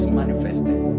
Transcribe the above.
manifested